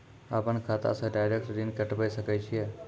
अपन खाता से डायरेक्ट ऋण कटबे सके छियै?